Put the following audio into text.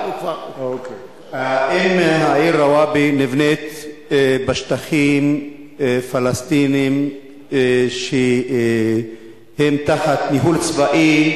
האם העיר רוואבי נבנית בשטחים פלסטיניים שהם תחת ניהול צבאי,